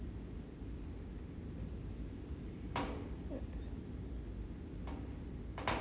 ya